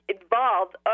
involved